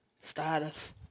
status